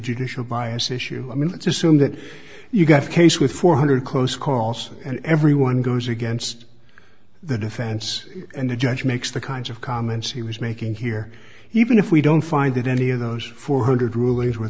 judicial bias issue i mean let's assume that you've got a case with four hundred close calls and everyone goes against the defense and the judge makes the kinds of comments he was making here even if we don't find that any of those four hundred rulings w